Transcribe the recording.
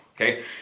okay